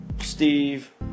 Steve